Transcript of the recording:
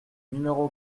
numéro